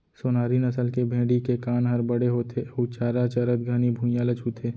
सोनारी नसल के भेड़ी के कान हर बड़े होथे अउ चारा चरत घनी भुइयां ल छूथे